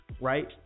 right